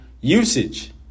usage